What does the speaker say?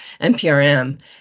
NPRM